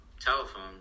telephone